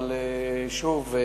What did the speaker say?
אבל שוב,